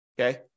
okay